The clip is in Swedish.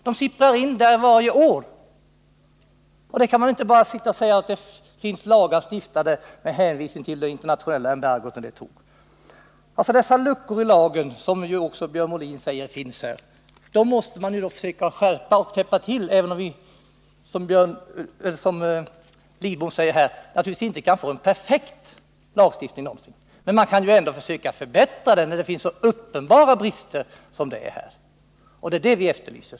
De sipprar in där varje år. Man kan då inte bara med hänvisning till det internationella embargot säga att det finns lagar. De luckor som finns i lagen — även Björn Molin säger att det finns sådana luckor — måste man försöka täppa till, även om vi naturligtvis, som Carl Lidbom säger, aldrig någonsin kan få en perfekt lagstiftning. Men man kan ju ändå försöka förbättra den när det finns så uppenbara brister som i det här fallet. Det är det vi efterlyser.